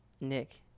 Nick